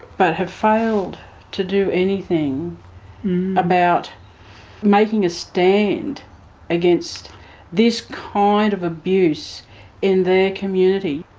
but have failed to do anything about making a stand against this kind of abuse in their community.